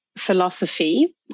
philosophy